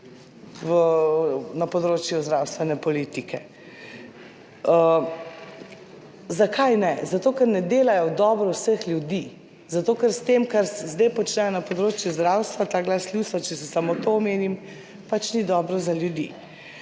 na področju zdravstvene politike. Zakaj ne? Zato, ker ne delajo v dobro vseh ljudi, zato ker s tem kar zdaj počnejo na področju zdravstva, ta glas ljudstva, če se samo to omenim, pač ni dobro za ljudi.